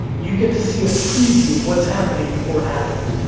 you get to see a preview of what's happening before it happened.